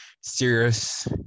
serious